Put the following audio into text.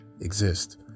exist